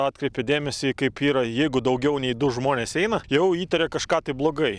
atkreipė dėmesį kaip yra jeigu daugiau nei du žmonės eina jau įtaria kažką tai blogai